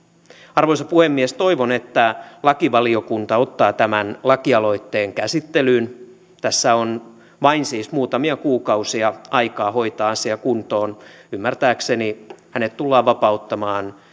arvoisa puhemies toivon että lakivaliokunta ottaa tämän lakialoitteen käsittelyyn tässä on vain siis muutamia kuukausia aikaa hoitaa asia kuntoon ymmärtääkseni hänet tullaan vapauttamaan